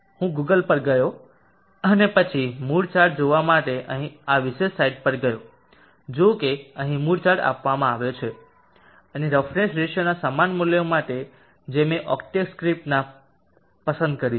હું ગૂગલ પર ગયો અને પછી મૂડી ચાર્ટ જોવા માટે અહીં આ વિશેષ સાઇટ પર ગયો જુઓ કે અહીં મૂડ ચાર્ટ આપવામાં આવ્યો છે અને રફનેસ રેશિયોના સમાન મૂલ્યો માટે જે મેં ઓક્ટેવ સ્ક્રિપ્ટમાં પસંદ કર્યું છે